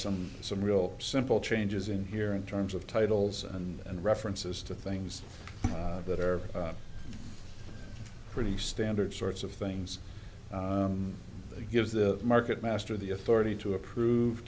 some some real simple changes in here in terms of titles and references to things that are pretty standard sorts of things that give the market master the authority to approve